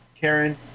Karen